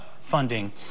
funding